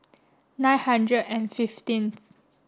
nine hundred and fifteenth